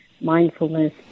mindfulness